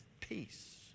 peace